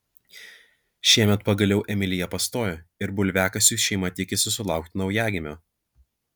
šiemet pagaliau emilija pastojo ir bulviakasiui šeima tikisi sulaukti naujagimio